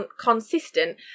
consistent